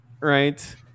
right